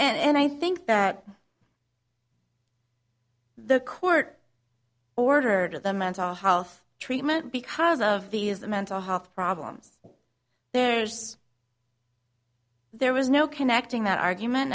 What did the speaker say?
i think that the court ordered to the mental health treatment because of these the mental health problems there's there was no connecting that argument